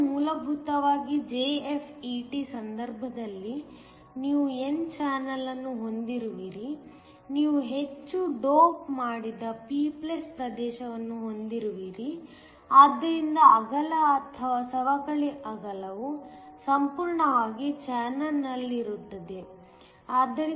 ಆದ್ದರಿಂದ ಮೂಲಭೂತವಾಗಿ JFET ಸಂದರ್ಭದಲ್ಲಿ ನೀವು n ಚಾನೆಲ್ ಅನ್ನು ಹೊಂದಿರುವಾಗ ನೀವು ಹೆಚ್ಚು ಡೋಪ್ ಮಾಡಿದ p ಪ್ರದೇಶವನ್ನು ಹೊಂದಿರುವಿರಿ ಆದ್ದರಿಂದ ಅಗಲ ಅಥವಾ ಸವಕಳಿ ಅಗಲವು ಸಂಪೂರ್ಣವಾಗಿ ಚಾನಲ್ನಲ್ಲಿರುತ್ತದೆ